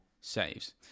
saves